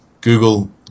Google